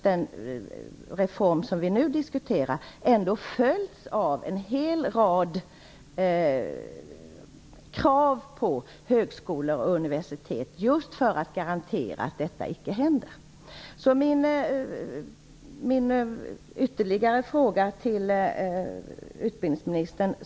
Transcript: Den reform som vi nu diskuterar har följts av en rad krav på högskolorna och universiteten, just för att detta icke skall hända. Jag har ytterligare en fråga till utbildningsministern.